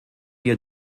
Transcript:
wir